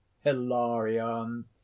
hilarion